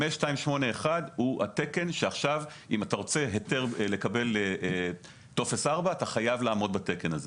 5281 הוא התקן שעכשיו אם אתה רוצה לקבל טופס 4 אתה חייב לעמוד בו.